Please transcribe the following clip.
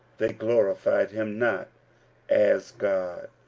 they glorified him not as god,